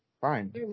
fine